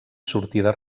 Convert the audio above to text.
sortida